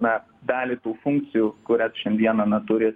na dalį tų funkcijų kurias šiandieną na turi